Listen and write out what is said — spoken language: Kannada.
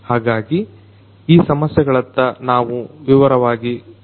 ಹಾಗಾಗಿ ಈ ಸಮಸ್ಯೆಗಳತ್ತ ನಾವು ವಿವರವಾಗಿ ಗಮನಿಸೋಣ